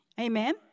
Amen